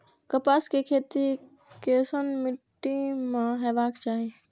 कपास के खेती केसन मीट्टी में हेबाक चाही?